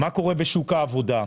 מה קורה בשוק העבודה?